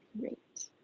Great